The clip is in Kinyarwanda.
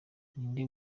ninde